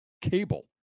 Cable